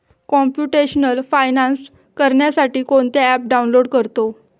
computational finance करण्यासाठी कोणते app download करतो